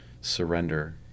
surrender